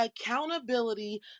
accountability